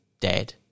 dead